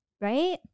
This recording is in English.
Right